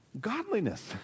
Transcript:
godliness